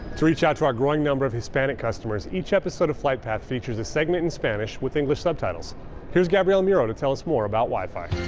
to reach out to a growing number of hispanic customers each episode of flight path features a segment in spanish with english subtitles here's gabriela moreau to tell us more about wi-fi